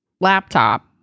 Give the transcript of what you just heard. laptop